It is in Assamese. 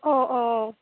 অঁ অঁ